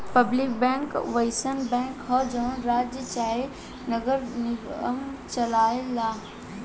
public bank अउसन bank ह जवन राज्य चाहे नगर निगम चलाए ला